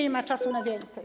Nie ma czasu na więcej.